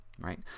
right